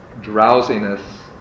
drowsiness